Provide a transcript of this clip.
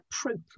appropriate